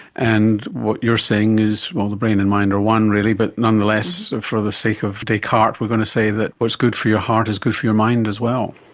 and what you're saying is, well, the brain and mind are one really but nonetheless for the sake of descartes we are going to say that what's good for your heart is good for your mind as well.